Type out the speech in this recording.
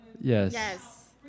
Yes